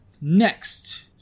Next